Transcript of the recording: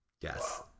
Yes